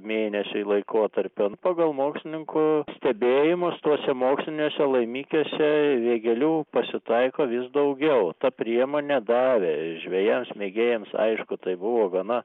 mėnesiui laikotarpiu nu pagal mokslininkų stebėjimus tuose moksliniuose laimikiuose vėgėlių pasitaiko vis daugiau ta priemonė davė žvejams mėgėjams aišku tai buvo gana